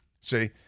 see